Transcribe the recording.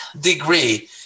degree